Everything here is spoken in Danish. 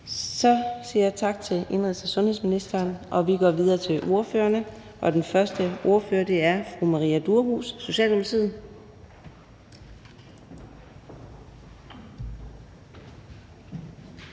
Så siger jeg tak til indenrigs- og sundhedsministeren. Vi går videre til ordførerne, og den første ordfører er fru Maria Durhuus, Socialdemokratiet.